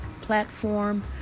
platform